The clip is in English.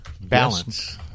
Balance